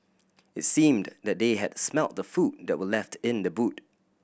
it seemed that they had smelt the food that were left in the boot